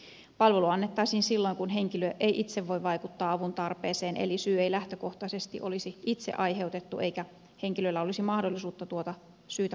palvelua annettaisiin silloin kun henkilö ei itse voi vaikuttaa avuntarpeeseen eli syy ei lähtökohtaisesti olisi itse aiheutettu eikä henkilöllä olisi mahdollisuutta tuota syytä poistaa